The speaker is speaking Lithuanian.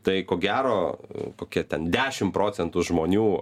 tai ko gero kokie ten dešim procentų žmonių